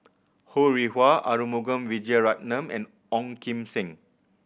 Ho Rih Hwa Arumugam Vijiaratnam and Ong Kim Seng